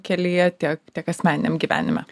kelyje tiek tiek asmeniniam gyvenime